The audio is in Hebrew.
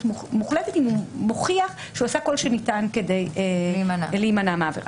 מוחלטת אם הוא מוכיח שהוא עשה כל שניתן כדי להימנע מעבירה.